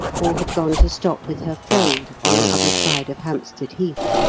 or had gone to stop with her friend on the other side of hampstead heath.